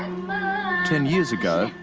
ten years ago,